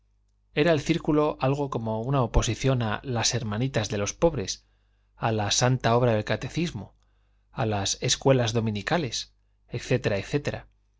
era el círculo algo como una oposición a las hermanitas de los pobres a la santa obra del catecismo a las escuelas dominicales